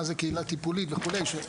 מה זה קהילה טיפולית וכולי.